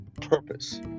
purpose